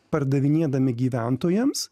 pardavinėdami gyventojams